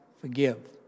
forgive